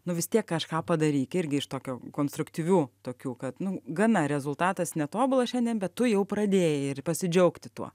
nu vis tiek kažką padaryk irgi iš tokio konstruktyvių tokių kad nu gana rezultatas netobulas šiandien bet tu jau pradėjai ir pasidžiaugti tuo